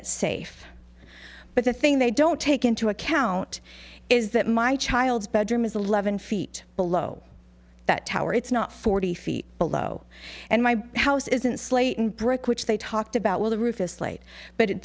it's safe but the thing they don't take into account is that my child's bedroom is eleven feet below that tower it's not forty feet below and my house isn't slayton brick which they talked about with a rufous slate but at